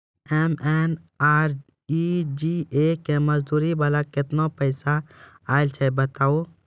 MNREGA के मज़दूरी वाला केतना पैसा आयल छै बताबू?